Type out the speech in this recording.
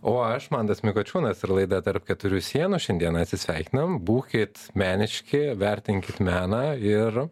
o aš mantas mikočiūnas ir laida tarp keturių sienų šiandien atsisveikinam būkit meniški vertinkit meną ir